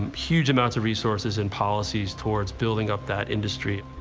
huge amounts of resources and policies towards building up that industry.